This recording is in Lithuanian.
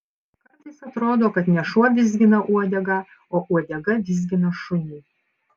kartais atrodo kad ne šuo vizgina uodegą o uodega vizgina šunį